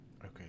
Okay